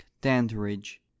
Dandridge